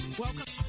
welcome